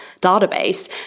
database